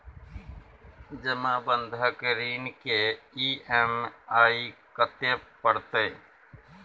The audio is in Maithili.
जमा बंधक ऋण के ई.एम.आई कत्ते परतै?